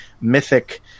mythic